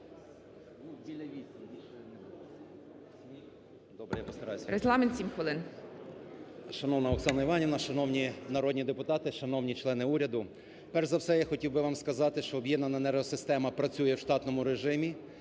Шановна Оксана Іванівна, шановні народні депутати, шановні члени уряду! Перш за все я хотів би вам сказати, що об'єднана енергосистема працює в штатному режимі